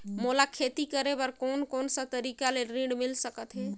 मोला खेती करे बर कोन कोन सा तरीका ले ऋण मिल सकथे?